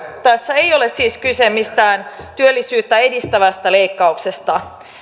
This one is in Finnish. tässä ei ole siis kyse mistään työllisyyttä edistävästä leikkauksesta